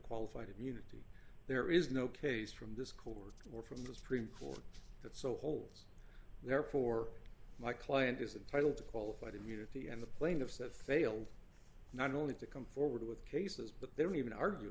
qualified immunity there is no case from this th or from the supreme court that so holds therefore my client is entitled to qualified immunity and the plaintiffs that failed not only to come forward with cases but they don't even argue